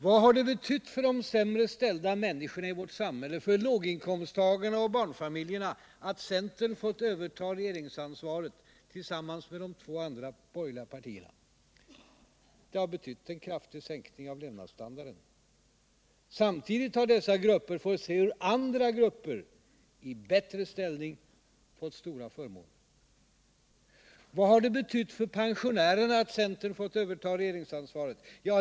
Vad har det betytt för de sämre ställda människorna i vårt samhälle, för låginkomsttagarna och barnfamiljerna, att centern fått överta regeringsansvaret tillsammans med de två andra borgerliga partierna? Det har betytt en kraftigt sänkt levnadsstandard. Samtidigt har dessa grupper fått se hur andra grupper, i bättre ställning, fått stora förmåner. Vad har det betytt för pensionärerna att centern fått överta regeringsansvaret?